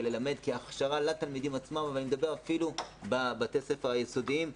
ללמד כהכשרה לתלמידים עצמם אבל אני מדבר אפילו בבתי הספר היסודיים,